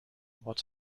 what